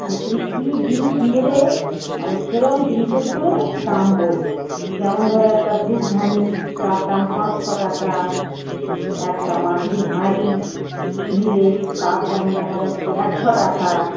মানে তুমি কী জিনিস নেবে মানে সেরম জিনিসের উপরে দাম বলবো যেমন ধরো একটা ধূপধানি তার দাম পাঁচশো টাকা একটা মাটির হাঁড়ি নিলে তার দাম দেখা যাচ্ছে একশ টাকা